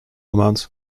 amount